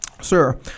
Sir